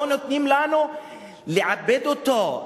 לא נותנים לנו לעבד אותו,